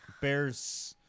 bears